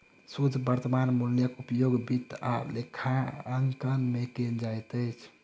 शुद्ध वर्त्तमान मूल्यक उपयोग वित्त आ लेखांकन में कयल जाइत अछि